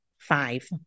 Five